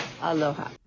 aloha